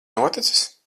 noticis